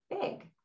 big